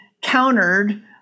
countered